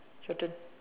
your turn